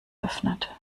öffnet